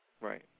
Right